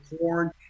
corn